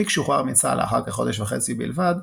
פיק שוחרר מצה"ל לאחר כחודש וחצי בלבד,